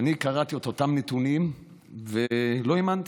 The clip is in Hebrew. ואני קראתי את אותם נתונים ולא האמנתי: